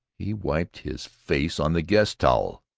he wiped his face on the guest-towel!